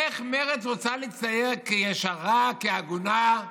איך מרצ רוצה להצטייר כישרה, כהגונה,